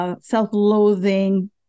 self-loathing